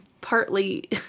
Partly